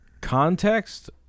context